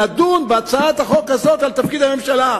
נדון בהצעת החוק הזאת על תפקיד הממשלה.